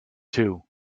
two